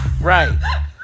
Right